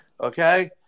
Okay